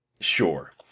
sure